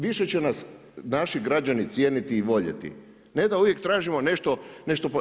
Više će nas naši građani cijeniti i voljeti, ne da uvijek tražimo nešto.